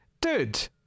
dude